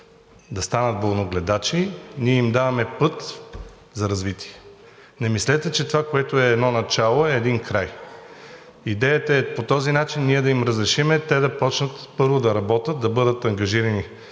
да станат болногледачи, ние им даваме път за развитие. Не мислете, че това, което е едно начало, е един край. Идеята е по този начин ние да им разрешим те да започнат първо да работят, да бъдат ангажирани